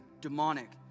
demonic